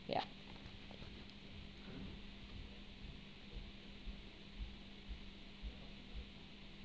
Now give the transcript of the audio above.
ya